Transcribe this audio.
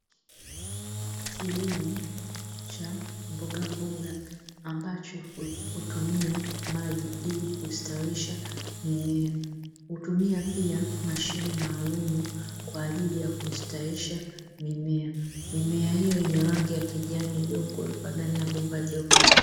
Kilimo cha mbogamboga ambacho hutumia maji ili kustawisha mimea, hutumia pia mashine maalumu kwa ajili ya kustawisha mimea. Mimea hiyo yenye rangi ya kijani iliyokuwepo ndani ya bomba jeupe.